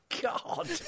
god